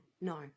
no